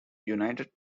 united